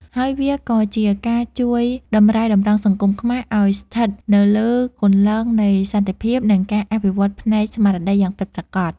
ហើយវាក៏ជាការជួយតម្រែតម្រង់សង្គមខ្មែរឱ្យស្ថិតនៅលើគន្លងនៃសន្តិភាព និងការអភិវឌ្ឍផ្នែកស្មារតីយ៉ាងពិតប្រាកដ។